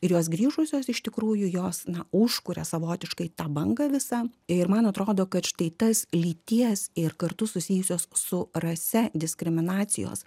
ir jos grįžusios iš tikrųjų jos na užkuria savotiškai tą bangą visą ir man atrodo kad štai tas lyties ir kartu susijusios su rase diskriminacijos